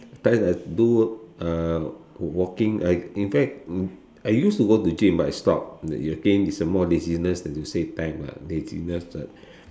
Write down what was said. I do uh walking I in fact I used to go to gym but I stopped the routine is a more laziness than to say time ah laziness uh